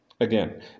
Again